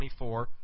24